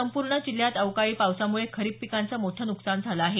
संपूर्ण जिल्ह्यात अवकाळी पावसामुळे खरीप पिकांचं मोठं नुकसान झालं आहे